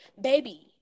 Baby